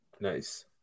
Nice